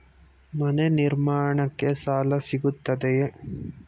ಮನೆ ನಿರ್ಮಾಣಕ್ಕೆ ಸಾಲ ಸಿಗುತ್ತದೆಯೇ?